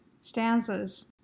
stanzas